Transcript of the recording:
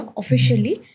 officially